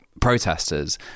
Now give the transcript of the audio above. protesters